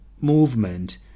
movement